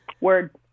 Word